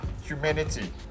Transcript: humanity